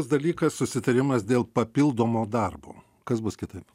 dalykas susitarimas dėl papildomo darbo kas bus kitaip